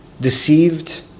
Deceived